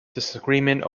disagreement